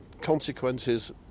consequences